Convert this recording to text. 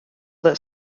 that